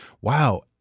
Wow